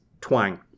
twang